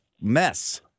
mess